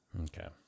Okay